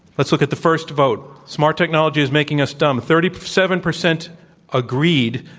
let's look at the first vote. smart technology is making us dumb. thirty seven percent agreed,